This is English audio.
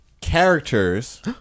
characters